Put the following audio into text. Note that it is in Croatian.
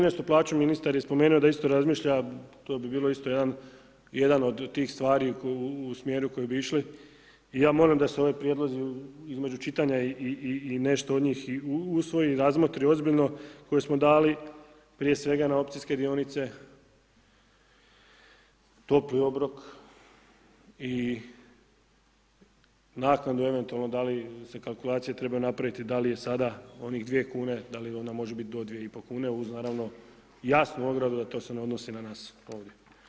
Trinaestu plaću ministar je spomenuo da isto razmišlja, to bi bilo isto jedan od tih stvari u smjeru koji bi išli i ja molim da se ovi prijedlozi između čitanja i nešto od njih i usvoji, razmotri ozbiljno koje smo dali, prije svega na opcijske dionice, topli obrok i naknadnu eventualno, da li se kalkulacije trebaju napraviti, da li je sada onih 2 kune, da li onda može biti do 2,5 kune uz naravno, jasnu ogradu, a to se ne odnosi na nas ovdje.